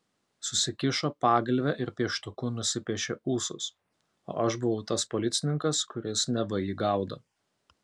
susikišo pagalvę ir pieštuku nusipiešė ūsus o aš buvau tas policininkas kuris neva jį gaudo